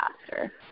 faster